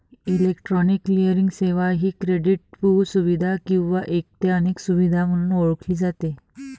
electronic clearing सेवा ही क्रेडिटपू सुविधा किंवा एक ते अनेक सुविधा म्हणून ओळखली जाते